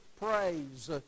praise